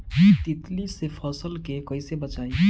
तितली से फसल के कइसे बचाई?